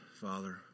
Father